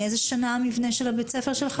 מאיזו שנה מבנה בית הספר שלך?